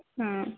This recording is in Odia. ହଁ